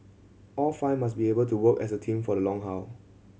all five must be able to work as a team for the long haul